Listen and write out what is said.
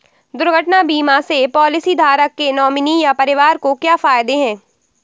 दुर्घटना बीमा से पॉलिसीधारक के नॉमिनी या परिवार को क्या फायदे हैं?